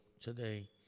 today